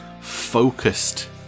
focused